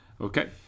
Okay